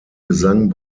gesang